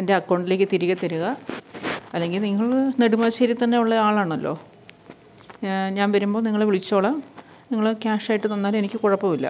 എൻ്റെ അക്കൗണ്ടിലേക്ക് തിരികെ തരുക അല്ലെങ്കിൽ നിങ്ങൾ നെടുമ്പാശ്ശേരി തന്നെ ഉള്ള ആളാണല്ലോ ഞാൻ ഞാൻ വരുമ്പോൾ നിങ്ങളെ വിളിച്ചോളാൻ നിങ്ങൾ ക്യാഷായിട്ട് തന്നാലെനിക്ക് കുഴപ്പം ഇല്ല